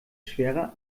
schwerer